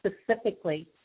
specifically